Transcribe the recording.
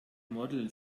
model